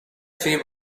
three